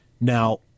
Now